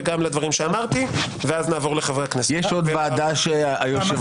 ואמרנו שזה דפוס